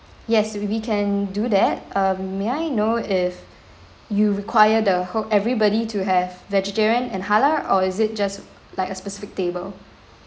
yes we can do that uh may I know if you require the ho~ everybody to have vegetarian and halal or is it just like a specific table